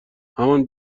همان